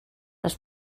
les